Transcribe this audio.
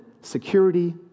security